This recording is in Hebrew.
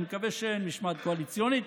אני מקווה שאין משמעת קואליציונית.